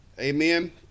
Amen